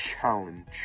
challenge